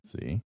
See